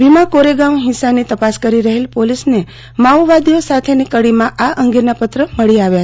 ભીમા કોરેગાંવ હિંસાની તપાસ કરી રહેલી પોલીસનો માઓવાદીઓ સાથેની કડીમાં આ અંગેના પત્રો મળી આવ્યા